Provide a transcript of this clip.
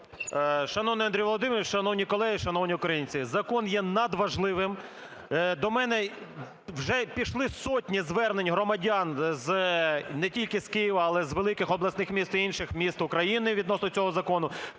Шановний Андрію Володимировичу, шановні колеги, шановні українці! Закон є надважливим. До мене вже пішли сотні звернень громадян не тільки з Києва, а з великих обласних міст і інших міст України відносно цього закону.